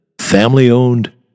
family-owned